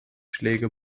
schläge